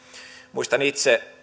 muistan itse